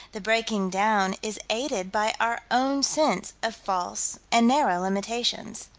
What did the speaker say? the breaking down is aided by our own sense of false and narrow limitations.